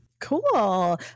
Cool